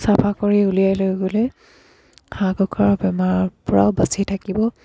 চাফা কৰি উলিয়াই লৈ গ'লেই হাঁহ কুকুৰা বেমাৰৰপৰাও বাচি থাকিব